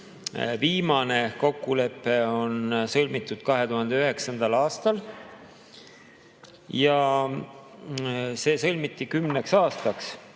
viimane kokkulepe on sõlmitud 2009. aastal ja see sõlmiti kümneks aastaks.